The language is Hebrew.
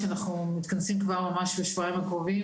שאנחנו מתכנסים כבר ממש בשבועיים הקרובים,